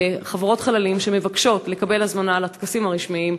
לחברות חללים שמבקשות לקבל הזמנה לטקסים הרשמיים,